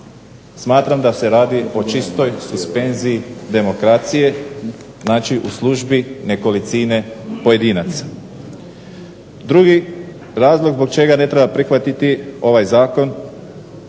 Smatram da se radi o čistoj suspenziji demokracije. Znači u službi nekolicine pojedinaca. Drugi razlog zbog čega ne treba prihvatiti ovaj Zakon